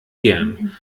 gern